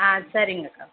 ஆ சரிங்க